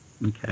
Okay